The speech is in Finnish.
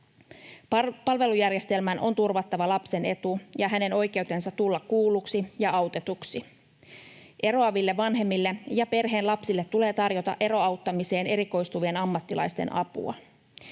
Palvelujärjestelmän on turvattava lapsen etu ja hänen oikeutensa tulla kuulluksi ja autetuksi. Eroaville vanhemmille ja perheen lapsille tulee tarjota eroauttamiseen erikoistuvien ammattilaisten apua.